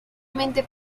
mente